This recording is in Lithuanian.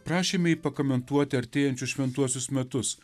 prašėme jį pakomentuoti artėjančius šventuosius metus